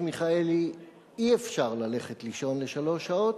מיכאלי: אי-אפשר ללכת לישון לשלוש שעות,